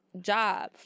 job